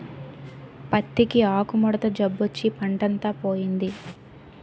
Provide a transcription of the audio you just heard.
పత్తికి ఆకుముడత జబ్బొచ్చి పంటంతా పోయింది